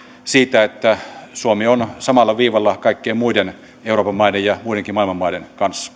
siitä että suomi on samalla viivalla kaikkien muiden euroopan maiden ja muiden maailman maiden kanssa